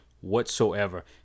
whatsoever